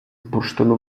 бурштину